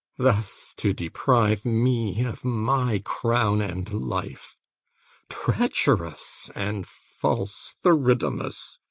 thus to deprive me of my crown and life treacherous and false theridamas,